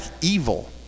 evil